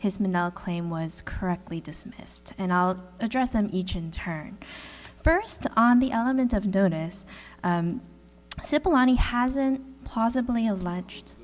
his claim was correctly dismissed and i'll address them each in turn first on the element of bonus simple and he hasn't possibly alleged